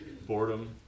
boredom